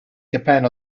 depend